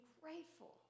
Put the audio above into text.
grateful